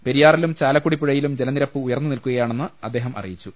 പെരിയാറിലും ചാലക്കുടി പുഴയിലും ജലനിരപ്പ് ഉയർന്നു നിൽക്കുകയാണെന്ന് അദ്ദേഹം അറിയിച്ചു